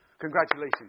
Congratulations